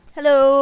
Hello